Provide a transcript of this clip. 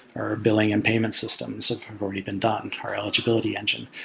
our billing and payment systems have already been done, our eligibility engine.